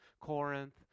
Corinth